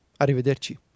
Arrivederci